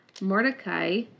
Mordecai